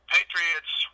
Patriots